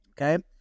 Okay